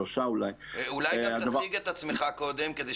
תציג את עצמך קודם.